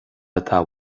atá